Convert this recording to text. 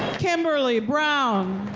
kimberly brown.